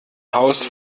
haus